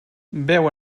beu